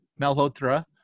Malhotra